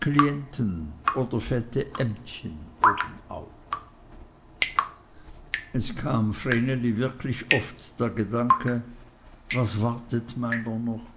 klienten oder fette ämtchen obenauf es kam vreneli wirklich oft der gedanke was wartet meiner noch